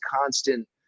constant